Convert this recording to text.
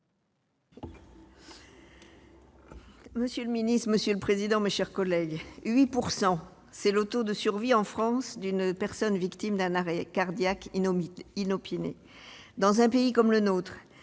Monsieur le président, monsieur le secrétaire d'État, mes chers collègues, 8 %, c'est le taux de survie en France d'une personne victime d'un arrêt cardiaque inopiné. Dans un pays comme le nôtre